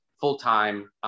full-time